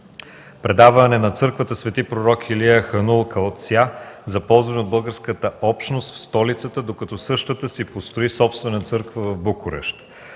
„Предаване на църквата „Св. пророк Илия – хан Колця” за ползване от българската общност в столицата, докато същата си построи собствена църква в Букурещ”.